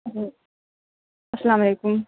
السّلام علیکم